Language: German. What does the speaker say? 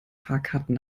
fahrkarten